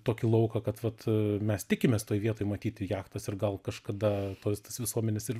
tokį lauką kad vat mes tikimės toj vietoj matyti jachtas ir gal kažkada toj tas visuomenės ir